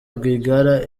rwigara